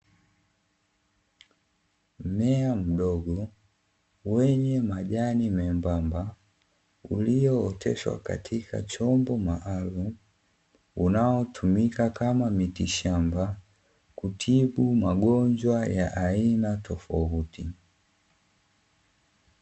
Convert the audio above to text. Mmea mdogo wenye majani membamba, uliooteshwa katika chombo maalumu, unaotumika kama mitishamba kutibu magonjwa ya aina tofauti.